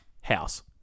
House